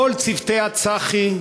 כל צוותי הצח"י,